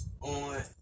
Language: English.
on